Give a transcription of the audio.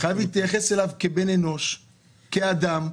חייבים להתייחס אליו כבן אנוש, כאדם,